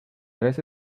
tres